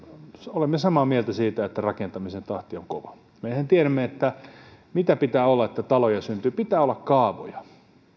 olemme samaa mieltä siitä että rakentamisen tahti on kova mehän tiedämme mitä pitää olla että taloja syntyy pitää olla kaavoja ja